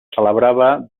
celebrava